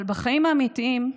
אבל בחיים האמיתיים,